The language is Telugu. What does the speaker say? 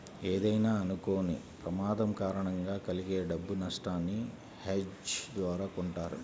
ఏదైనా అనుకోని ప్రమాదం కారణంగా కలిగే డబ్బు నట్టాన్ని హెడ్జ్ ద్వారా కొంటారు